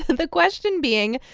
the question being,